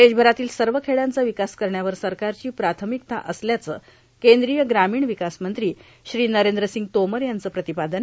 देशभरातील सर्व खेडयांचा विकास करण्यावर सरकारची प्राथमिकता असल्याचं केंद्रीय ग्रामीण विकास मंत्री श्री नरेंद्र सिंग तोमर यांचं प्रतिपादन